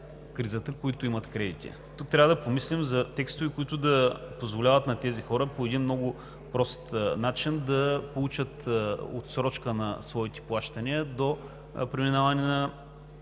кризата, които имат кредити. Тук трябва да помислим за текстове, които да позволяват на тези хора по един много прост начин да получат отсрочка на своите плащания до преминаване на